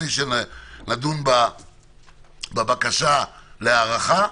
לפני שנדון בבקשה להארכה,